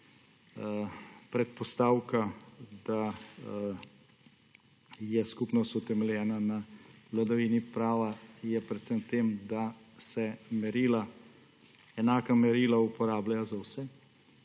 Predpostavka, da je skupnost utemeljena na vladavini prava, je predvsem v tem, da se enaka merila uporabljajo za vse,